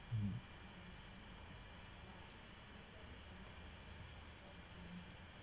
hmm